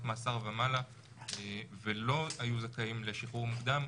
מאסר ומעלה ולא היו זכאים לשחרור מוקדם,